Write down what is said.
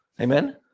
Amen